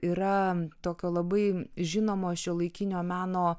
yra tokio labai žinomo šiuolaikinio meno